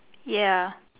ya